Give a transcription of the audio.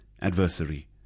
adversary